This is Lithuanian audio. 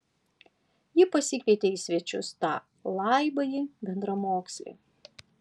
ji pasikvietė į svečius tą laibąjį bendramokslį